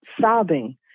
sobbing